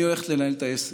אני הולכת לנהל את העסק.